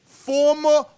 former